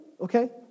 Okay